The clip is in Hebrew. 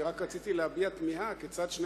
אני רק רציתי להביע תמיהה כיצד שני